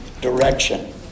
direction